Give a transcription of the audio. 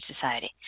society